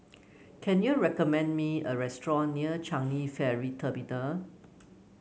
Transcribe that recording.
can you recommend me a restaurant near Changi Ferry Terminal